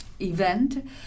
event